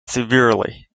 severely